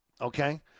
okay